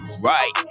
right